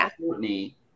Courtney